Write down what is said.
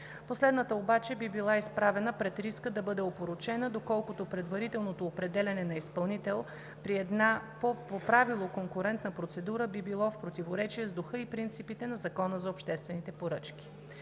Последната обаче би била изправена пред риска да бъде опорочена, доколкото предварителното определяне на изпълнител при една по правило конкурентна процедура би било в противоречие с духа и принципите на Закона за обществените поръчки.